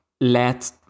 let